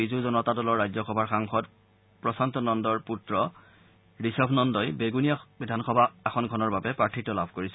বিজু জনতা দলৰ ৰাজ্যসভাৰ সাংসদ প্ৰশান্ত নন্দৰ পুত্ৰ ঋষভ নন্দই বেগুণীয়া বিধানসভা আসনখনৰ বাবে প্ৰাৰ্থীত্ব লাভ কৰিছে